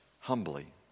humbly